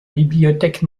bibliothèque